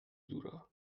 دورا